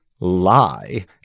lie